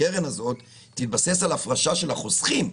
הקרן הזאת תתבסס על הפרשה של החוסכים,